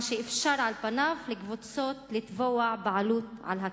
מה שאפשר, על פניו, לקבוצות לתבוע בעלות על הקרקע.